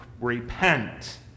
repent